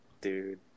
dude